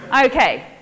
okay